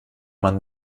man